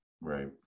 Right